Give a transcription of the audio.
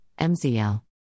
MZL